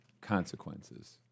consequences